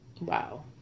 Wow